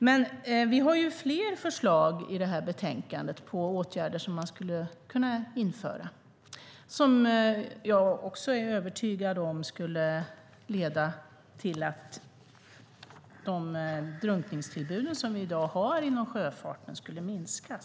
Det finns fler förslag i betänkandet på åtgärder som kan införas, som jag är övertygad skulle leda till att drunkningstillbuden i dag inom sjöfarten skulle minska.